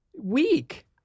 week